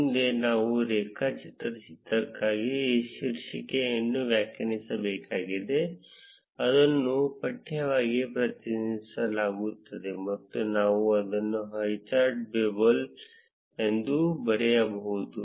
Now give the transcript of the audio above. ಮುಂದೆ ನಾವು ರೇಖಾ ಚಿತ್ರಕ್ಕಾಗಿ ಶೀರ್ಷಿಕೆಯನ್ನು ವ್ಯಾಖ್ಯಾನಿಸಬೇಕಾಗಿದೆ ಅದನ್ನು ಪಠ್ಯವಾಗಿ ಪ್ರತಿನಿಧಿಸಲಾಗುತ್ತದೆ ಮತ್ತು ನಾವು ಅದನ್ನು ಹೈಚಾರ್ಟ್ ಬಬಲ್ ಎಂದು ಬರೆಯಬಹುದು